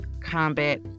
combat